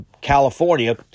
California